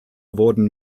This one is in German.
wurden